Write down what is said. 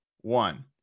one